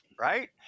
Right